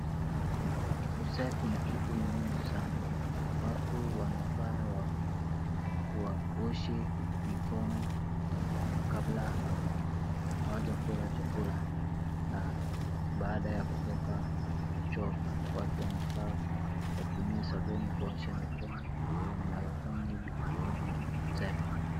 Usafi ni kitu muhimu sana watu wanafaa waoshe mkono kabla hawajekula chakula na baada ya kutoka choo watu wanafaa kutumia sabuni kuosha mkono na wafanye usafi.